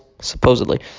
supposedly